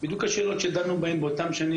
בדיוק השאלות שדנו בהן באותן שנים,